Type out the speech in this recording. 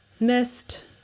mist